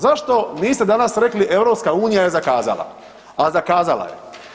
Zašto niste danas rekli EU je zakazala, a zakazala je.